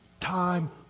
time